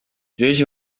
joriji